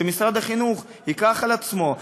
כדי שמשרד החינוך ייקח על עצמו.